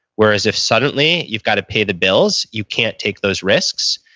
whereas if suddenly you've got to pay the bills, you can't take those risks.